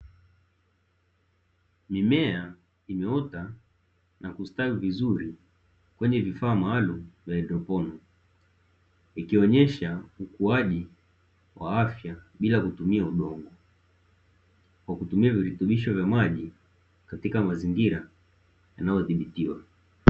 Mimea imeota na kustawi vizuri kwenye vifaa maalumu vya haidroponi, ikionyesha ukuaji wa afya bila kutumia udongo, kwa kutumia virutubisho vya maji katika mazingira yaliyodhibitiwa.